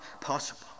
possible